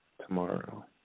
Tomorrow